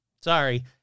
Sorry